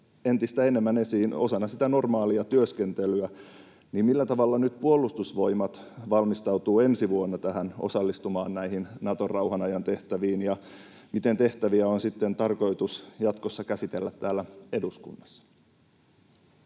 entistä enemmän esiin osana sitä normaalia työskentelyä, niin millä tavalla nyt Puolustusvoimat valmistautuu ensi vuonna osallistumaan näihin Naton rauhanajan tehtäviin ja miten tehtäviä on sitten tarkoitus jatkossa käsitellä täällä eduskunnassa?